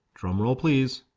drum roll please.